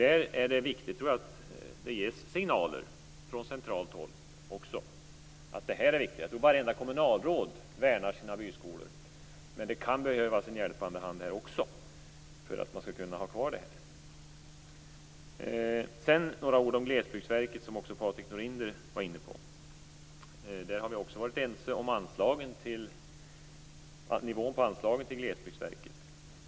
Det är angeläget att det ges signaler också från centralt håll om att detta är viktigt. Jag tror att varenda kommunalråd värnar sina byskolor, men det kan behövas en hjälpande hand för att man skall kunna ha dem kvar. Patrik Norinder var inne på frågan om Glesbygdsverket. Vi har varit ense om nivån på anslaget till verket.